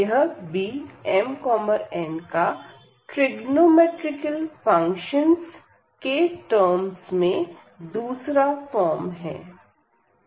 यह Bmn का trigonometrical functions के टर्म्स में दूसरा फॉर्म है